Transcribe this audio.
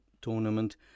Tournament